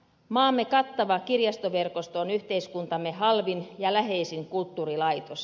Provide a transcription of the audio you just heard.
maamme kattava kirjastoverkosto on yhteiskuntamme halvin ja läheisin kulttuurilaitos